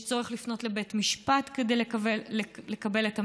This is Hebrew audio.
יש צורך לפנות לבית משפט כדי לקבל את המגבלות.